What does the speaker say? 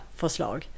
förslag